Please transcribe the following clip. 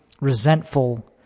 resentful